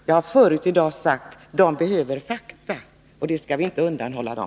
Jag har förut i dag sagt: Människorna behöver fakta, och det skall vi inte undanhålla dem.